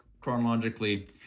chronologically